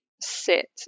sit